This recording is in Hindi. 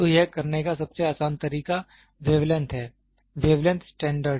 तो यह करने का सबसे आसान तरीका वेवलेंथ है वेवलेंथ स्टैंडर्ड